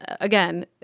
Again